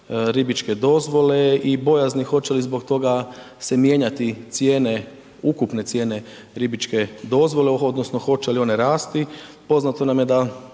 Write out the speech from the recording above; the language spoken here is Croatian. ribičke dozvole i bojazni hoće li zbog toga se mijenjati cijene, ukupne cijene ribičke dozvole, odnosno hoće li one rasti. Poznato nam je da,